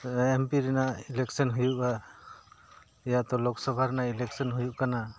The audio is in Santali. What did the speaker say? ᱮᱢ ᱯᱤ ᱨᱮᱱᱟᱜ ᱤᱞᱮᱠᱥᱮᱱ ᱦᱩᱭᱩᱜᱼᱟ ᱭᱟᱛᱚ ᱞᱳᱠᱥᱚᱵᱷᱟ ᱨᱮᱱᱟᱜ ᱤᱞᱮᱠᱥᱮᱱ ᱦᱩᱭᱩᱜ ᱠᱟᱱᱟ